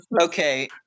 Okay